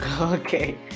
okay